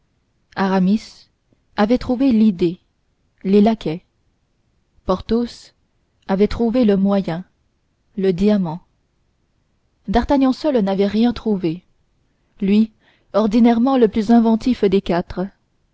aramis avait trouvé l'idée les laquais porthos avait trouvé le moyen le diamant d'artagnan seul n'avait rien trouvé lui ordinairement le plus inventif des